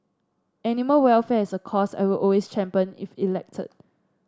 animal welfare is a cause I will always champion if elected